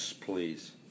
please